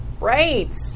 Right